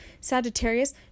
Sagittarius